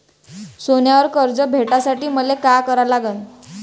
सोन्यावर कर्ज भेटासाठी मले का करा लागन?